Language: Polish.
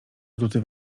atuty